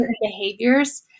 behaviors